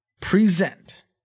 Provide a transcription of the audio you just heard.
present